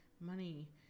money